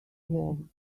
world